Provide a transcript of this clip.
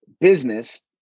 business